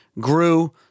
grew